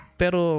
pero